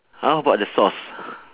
how about the sauce